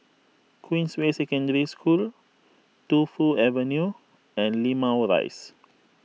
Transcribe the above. Queensway Secondary School Tu Fu Avenue and Limau Rise